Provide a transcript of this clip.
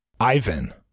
Ivan